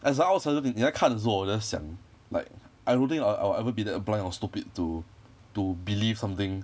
as an outsider 你你在看的时候 hor 你在想 like I don't think I'll I'll ever be that blind or stupid to to believe something